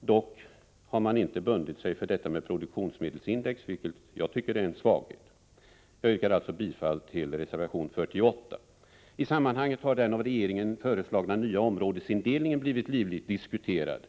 Dock har man inte bundit sig för detta med produktionsmedelsindex, vilket jag tycker är en svaghet. - Jag yrkar alltså bifall till reservation 48. I sammanhanget har den av regeringen föreslagna nya områdesindelning en blivit livligt diskuterad.